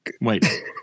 Wait